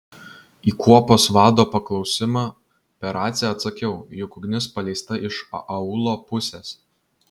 į kuopos vado paklausimą per raciją atsakiau jog ugnis paleista iš aūlo pusės